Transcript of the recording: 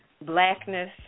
blackness